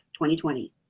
2020